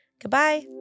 Goodbye